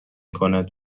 کند